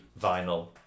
vinyl